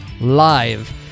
live